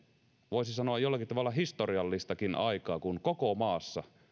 voisi sanoa jollakin tavalla historiallistakin aikaa kun koko maassa